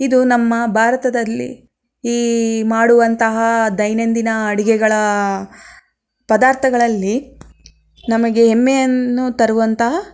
ಇದು ನಮ್ಮ ಭಾರತದಲ್ಲಿ ಈ ಮಾಡುವಂತಹ ದೈನಂದಿನ ಅಡುಗೆಗಳ ಪದಾರ್ಥಗಳಲ್ಲಿ ನಮಗೆ ಹೆಮ್ಮೆಯನ್ನು ತರುವಂತಹ